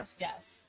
Yes